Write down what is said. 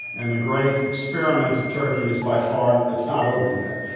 and the great experiment of turkey is by far and it's not over yet.